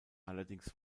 allerdings